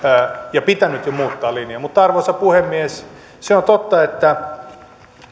olisi pitänyt jo muuttaa linjaa mutta arvoisa puhemies se on totta että